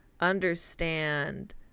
understand